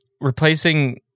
replacing